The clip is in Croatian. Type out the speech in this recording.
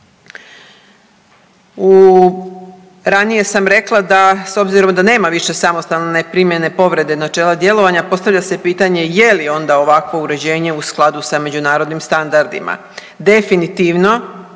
samih. Ranije sam rekla da s obzirom da nema više samostalne primjene povrede načela djelovanja postavlja se pitanje je li onda ovakvo uređenje u skladu sa međunarodnim standardima. Definitivno